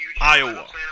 Iowa